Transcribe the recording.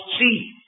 See